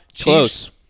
Close